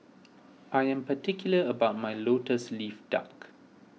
I am particular about my Lotus Leaf Duck